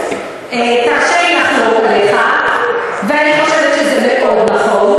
מה שנעשה הוא אמירות שאין להן שום משמעות,